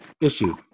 issue